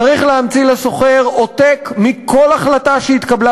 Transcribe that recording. צריך להמציא לשוכר עותק מכל החלטה שהתקבלה